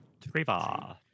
treva